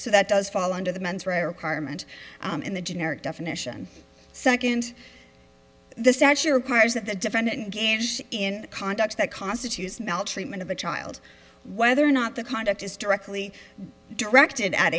so that does fall under the mens rea requirement in the generic definition second this actually requires that the defendant gange in conduct that constitutes maltreatment of a child whether or not the conduct is directly directed at